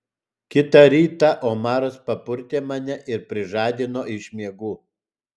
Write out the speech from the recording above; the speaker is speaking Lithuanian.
kitą rytą omaras papurtė mane ir prižadino iš miegų